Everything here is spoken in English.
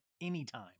anytime